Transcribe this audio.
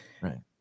right